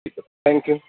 ٹھیک ہے thank you